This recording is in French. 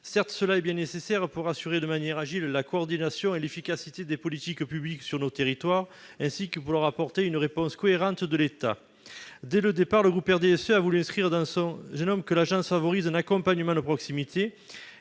certes cela est bien nécessaire pour assurer de manière Agile, la coordination et l'efficacité des politiques publiques sur nos territoires, ainsi que pour leur apporter une réponse cohérente de l'État dès le départ, le groupe RDSE a voulu inscrire dans son génome que l'agence favorise un accompagnement de proximité